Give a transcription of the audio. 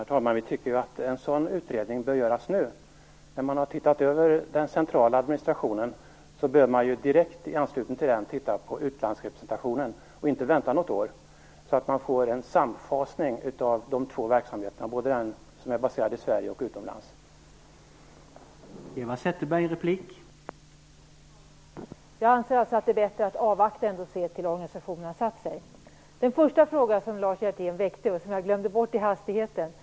Herr talman! Vi tycker att en sådan utredning bör göras nu. När man har sett över den centrala administrationen bör man i direkt anslutning till den utreda utlandsrepresentationen och inte vänta något år. Då får man en samfasning av både den verksamhet som är baserad i Sverige och den som finns utomlands.